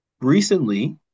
recently